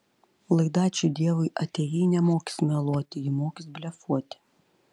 laida ačiū dievui atėjai nemokys meluoti ji mokys blefuoti